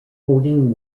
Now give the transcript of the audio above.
holding